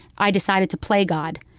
i decided to play god.